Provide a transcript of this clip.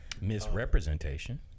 Misrepresentation